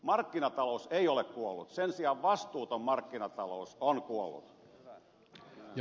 markkinatalous ei ole kuollut sen sijaan vastuuton markkinatalous on kuollut